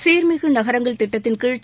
சீர்மிகு நகரங்கள் திட்டத்தின்கீழ்